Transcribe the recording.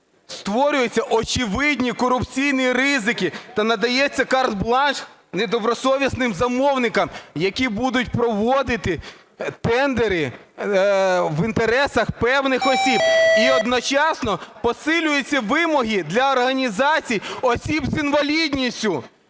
створюються очевидні корупційні ризики та надається карт-бланш недобросовісним замовникам, які будуть проводити тендери в інтересах певних осіб і одночасно посилюються вимоги для організацій осіб з інвалідністю,